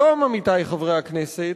היום, עמיתי חברי הכנסת,